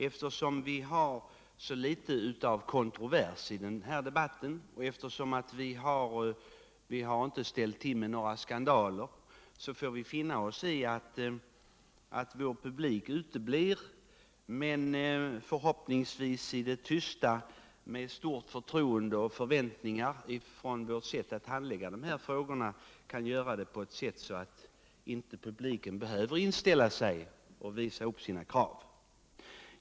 Eftersom vi har så litet av kontrovers i denna debatt och då vi inte har ställt till med några skandaler, får vi finna oss i att vår publik uteblir. Vi hoppas att den i det tysta hyser stort förtroende för vårt sätt att handlägga dessa frågor, så att den inte behöver inställa sig för att uppvisa sina krav.